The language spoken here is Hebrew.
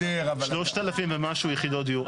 3,000 ומשהו יחידות דיור.